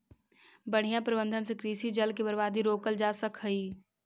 बढ़ियां प्रबंधन से कृषि जल के बर्बादी रोकल जा सकऽ हई